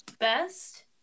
best